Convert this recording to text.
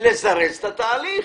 לזרז את התהליך,